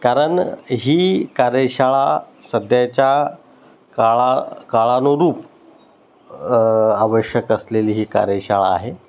कारण ही कार्यशाळा सध्याच्या काळा काळानुरूप आवश्यक असलेली ही कार्यशाळा आहे